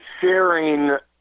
sharing